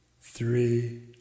three